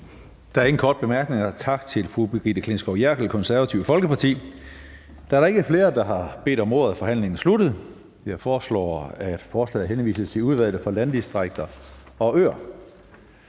Der er ingen korte bemærkninger. Tak til fru Brigitte Klintskov Jerkel, Det Konservative Folkeparti. Da der ikke er flere, der har bedt om ordet, er forhandlingen sluttet. Jeg foreslår, at forslaget til folketingsbeslutning henvises til Udvalget for Landdistrikter og Øer.